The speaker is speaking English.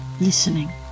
listening